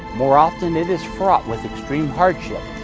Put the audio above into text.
more often it is fraught with extreme hardship,